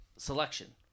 selection